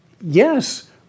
yes